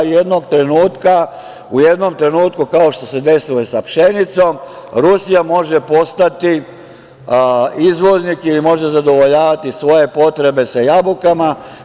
U jednom trenutku kao što se desilo i sa pšenicom, Rusija može postati izvoznik ili može zadovoljavati svoje potrebe sa jabukama.